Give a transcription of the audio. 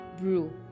Brew